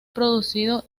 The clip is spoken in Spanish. producido